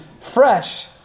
fresh